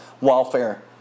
welfare